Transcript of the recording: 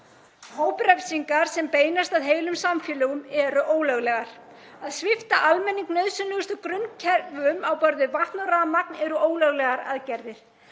Hóprefsingar sem beinast að heilum samfélögum eru ólöglegar. Að svipta almenning nauðsynlegustu grunnkerfum á borð við vatn og rafmagn eru ólöglegar aðgerðir.